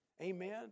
amen